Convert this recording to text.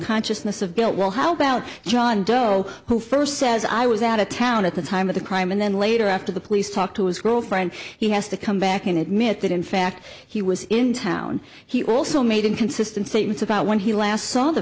consciousness of guilt well how about john doe who first says i was out of town at the time of the crime and then later after the police talked to his girlfriend he has to come back and admit that in fact he was in town he also made inconsistent statements about when he last saw the